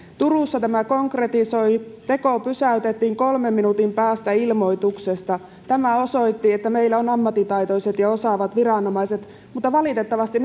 turussa tämä konkretisoitui teko pysäytettiin kolmen minuutin päästä ilmoituksesta tämä osoitti että meillä on ammattitaitoiset ja osaavat viranomaiset mutta valitettavasti